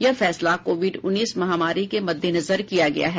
यह फैसला कोविड उन्नीस महामारी के मद्देनजर किया गया है